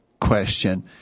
question